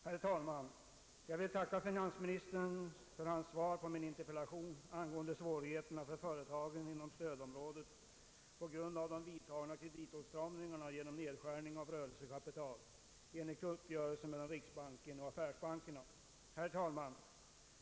Herr talman! Jag vill tacka finansministern för hans svar på min interpellation angående svårigheterna för företagen inom stödområdet på grund av de företagna kreditåtstramningarna genom nedskärning av rörelsekapital enligt uppgörelsen mellan riksbanken och affärsbankerna.